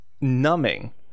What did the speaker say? Numbing